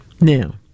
Now